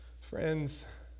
Friends